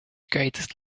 greatest